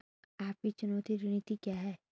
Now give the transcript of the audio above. आपकी चुकौती रणनीति क्या है?